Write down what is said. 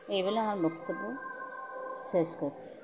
এই বলে আমার বক্তব্য শেষ করছি